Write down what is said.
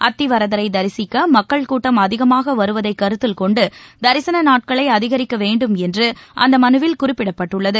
அத்திவரதரை தரிசிக்க மக்கள் கூட்டம் அதிகமாக வருவதை கருத்தில்கொண்டு தரிசன நாட்களை அதிகரிக்க வேண்டும் என்று அந்த மனுவில் குறிப்பிடப்பட்டுள்ளது